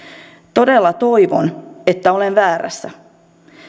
todella toivon että olen väärässä